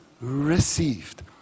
received